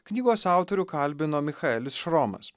knygos autorių kalbino michaelis šromas